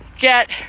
get